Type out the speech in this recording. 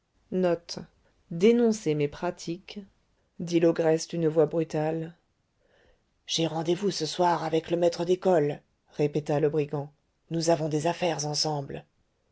l'orgue dit l'ogresse d'une voix brutale j'ai rendez-vous ce soir avec le maître d'école répéta le brigand nous avons des affaires ensemble